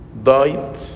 died